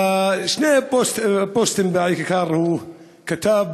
שני פוסטים, בעיקר, הוא כתב.